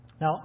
now